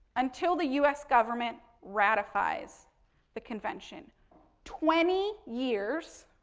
until the us, government ratifies the convention twenty years,